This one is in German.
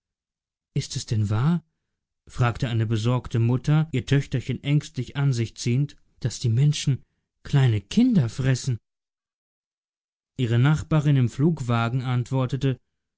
ist es denn wahr fragte eine besorgte mutter ihr töchterchen ängstlich an sich ziehend daß die menschen kleine kinder fressen ihre nachbarin im flugwagen antwortete